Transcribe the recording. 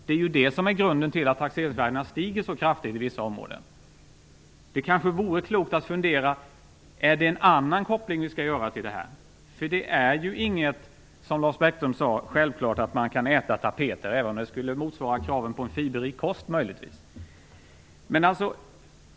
Det är det som är orsaken till att taxeringsvärdena stiger så kraftigt i vissa områden. Det kanske vore klokt att fundera över om vi i stället skall göra en annan koppling. Som Lars Bäckström sade är det inte självklart att man kan äta tapeter, även om det möjligen skulle motsvara kraven på en fiberrik kost.